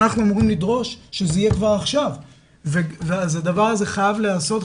אנחנו אמורים לדרוש שזה יהיה כבר עכשיו והדבר הזה חייב להיעשות,